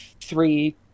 three